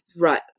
right